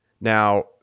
Now